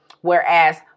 whereas